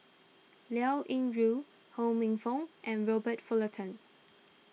Liao Yingru Ho Minfong and Robert Fullerton